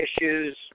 issues